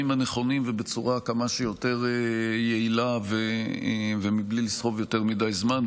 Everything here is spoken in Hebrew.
הנכונים ובצורה כמה שיותר יעילה ובלי לסחוב יותר מדי זמן.